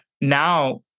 now